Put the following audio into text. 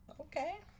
okay